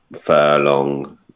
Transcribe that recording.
Furlong